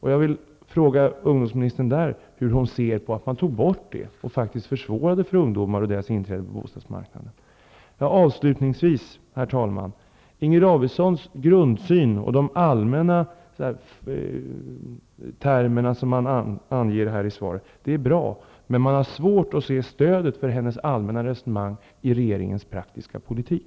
Hur ser ungdomsministern på borttagandet av ungdomsbostadsstödet? Därigenom gjorde man det ju svårare för ungdomarna att komma in på bostadsmarknaden. Avslutningsvis, herr talman, vill jag säga att Inger Davidsons grundsyn och de allmänna termer som finns i svaret är bra. Men det är svårt att se ett stöd för hennes allmänna resonemang i regeringens praktiska politik.